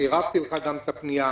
צירפתי לך גם את הפנייה.